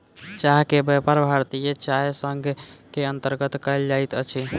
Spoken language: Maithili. चाह के व्यापार भारतीय चाय संग के अंतर्गत कयल जाइत अछि